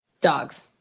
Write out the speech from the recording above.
Dogs